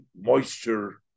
moisture